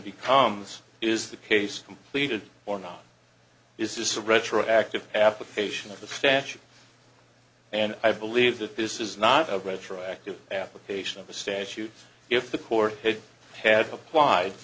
becomes is the case completed or not is this a retroactive application of the statute and i believe that this is not a retroactive application of a statute if the court had applied